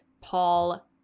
Paul